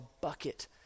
bucket